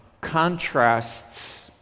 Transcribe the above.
contrasts